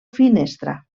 finestra